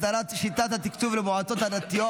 הסדרת שיטת התקצוב למועצות הדתיות